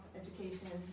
education